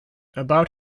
about